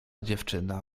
dziewczyna